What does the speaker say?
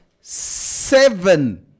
seven